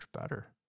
better